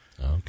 okay